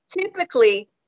Typically